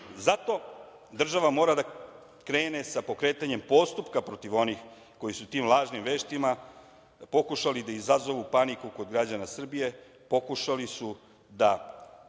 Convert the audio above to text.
Zato država mora da krene sa pokretanjem postupka protiv onih koji su tim lažnim vestima pokušali da izazovu paniku kod građana Srbije, pokušali su i